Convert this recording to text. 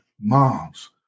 moms